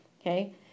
Okay